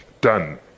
done